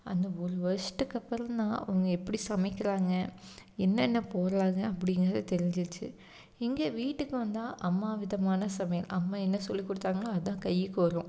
அந்த ஒரு வருஷத்துக்கு அப்புறந்தான் அவங்க எப்படி சமைக்கிறாங்க என்னென்ன போடுறாங்க அப்படிங்கிறது தெரிஞ்சிடுச்சு இங்கே வீட்டுக்கு வந்தால் அம்மா விதமான சமையல் அம்மா எது சொல்லிக் கொடுத்தாங்களோ அதான் கையிக்கு வரும்